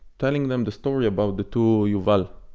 telling them the story about the two yuval,